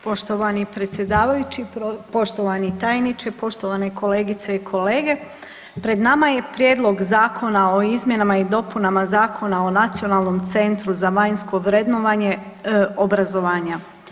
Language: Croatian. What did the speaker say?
Poštovani predsjedavajući, poštovani tajniče, poštovane kolegice i kolege pred nama je Prijedlog Zakona o izmjenama i dopuna Zakona o Nacionalnom centru za vanjsko vrednovanje obrazovanja.